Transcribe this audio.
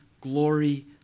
glory